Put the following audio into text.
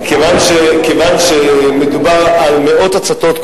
כיוון שמדובר על מאות הצתות,